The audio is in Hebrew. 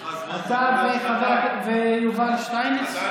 אתה ויובל שטייניץ, מה זה זמן?